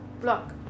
block